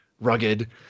rugged